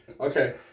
Okay